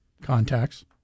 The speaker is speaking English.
contacts